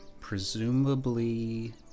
presumably